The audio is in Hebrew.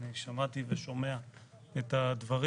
שמעתי ואני שומע את הדברים.